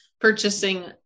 purchasing